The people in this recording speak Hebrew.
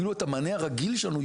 אפילו את המענה הרגיל שלנו,